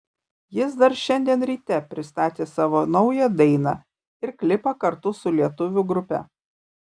jis dar šiandien ryte pristatė savo naują dainą ir klipą kartu su lietuvių grupe